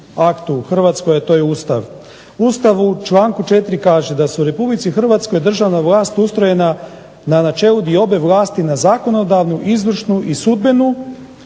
Hrvatskoj, a to je Ustav. Ustav u članku 4. kaže da se u RH državna vlast ustrojena na načelu diobe vlasti na zakonodavnu, izvršnu i sudbenu,